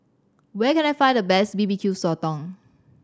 where can I find the best B B Q Sotong